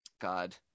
god